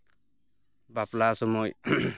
ᱵᱟᱯᱞᱟ ᱥᱚᱢᱚᱭ